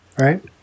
Right